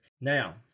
Now